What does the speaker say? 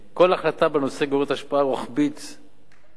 כל החלטה בנושא גוררת השפעה רוחבית מיידית.